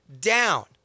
down